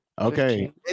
Okay